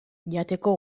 jateko